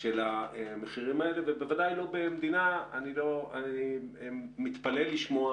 של המחירים האלה ובוודאי לא במדינה ואני מתפלא לשמוע